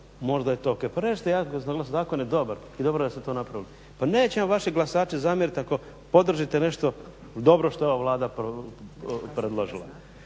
možda to ok. Pa recite jasno zakon je dobar i dobro da ste to napravili. Pa neće vam vaši glasači zamjeriti ako podržite nešto dobro što je ova Vlada predložila.